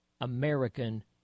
American